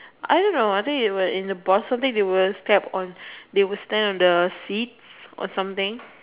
I don't know I think it would in the possibly they will step on they will stand on the seats or something